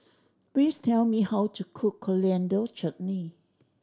please tell me how to cook Coriander Chutney